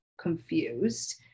confused